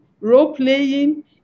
role-playing